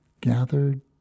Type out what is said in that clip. Gathered